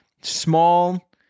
small